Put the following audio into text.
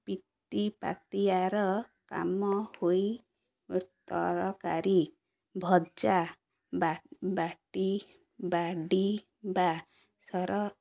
ପିତିପାତିଆର କାମ ହୋଇ ତରକାରୀ ଭଜା ବା ବାଟି ବାଡ଼ି ବା ସର